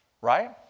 Right